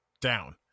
down